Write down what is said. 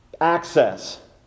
access